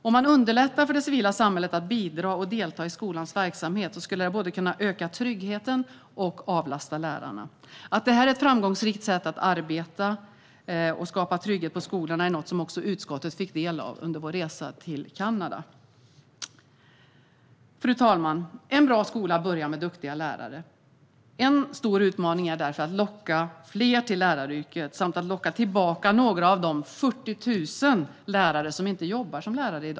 Om man underlättar för det civila samhället att bidra och delta i skolans verksamhet skulle det både kunna öka tryggheten och avlasta lärarna. Att detta är ett framgångsrikt sätt att arbeta och skapa trygghet på skolorna är något som utskottet fick ta del av under vår resa till Kanada. Fru talman! En bra skola börjar med duktiga lärare. En stor utmaning är därför att locka fler till läraryrket samt locka tillbaka några av de 40 000 lärare som i dag inte jobbar som lärare.